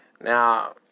Now